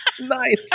Nice